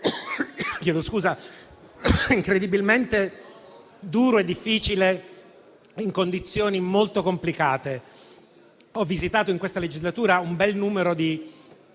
un lavoro incredibilmente duro e difficile, in condizioni molto complicate. Ho visitato in questa legislatura un bel numero di